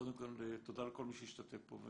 קודם כול תודה לכל מי שהשתתף פה.